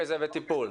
זה בטיפול.